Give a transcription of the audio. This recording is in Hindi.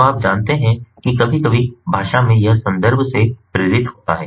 तो आप जानते हैं कि कभी कभी भाषा में यह संदर्भ से प्रेरित होता है